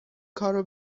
کارو